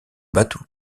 bateau